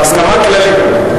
אבל ההסכמה הכלכלית,